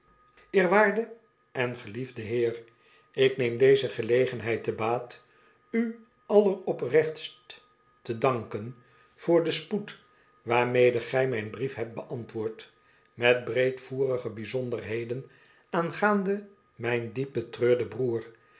eerwaarde en geliefde heer ik neem deze gelegenheid te baat u alleroprechtst te danken voor den spoed waarmede gij mijn brief hebt beantwoordt met breedvoerige bijzonderheden aangaande mijn diep betreurden broeder